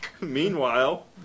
meanwhile